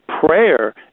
prayer